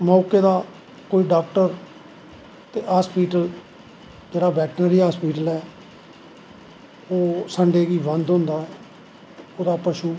मौके दा कोई डाक्टर ते कोई हस्पिटल जेह्ड़ा बैटनरी हस्पिटल ऐ ओह् संडे गी बंद होंदा ऐ ओह्दा पशू